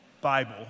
Bible